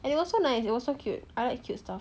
and it was so nice it was so cute I like cute stuff